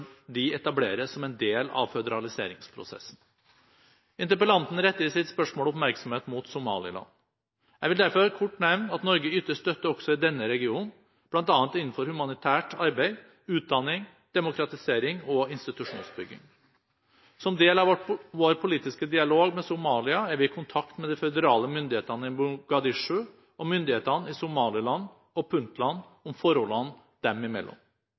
de etableres som en del av føderaliseringsprosessen. Interpellanten retter i sitt spørsmål oppmerksomheten mot Somaliland. Jeg vil derfor kort nevne at Norge yter støtte også i denne regionen, bl.a. innenfor humanitært arbeid, utdanning, demokratisering og institusjonsbygging. Som del av vår politiske dialog med Somalia er vi i kontakt med de føderale myndighetene i Mogadishu og med myndighetene i Somaliland og Puntland om forholdene dem imellom.